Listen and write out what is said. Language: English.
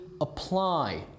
apply